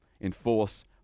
enforce